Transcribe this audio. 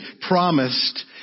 promised